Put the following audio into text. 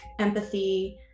empathy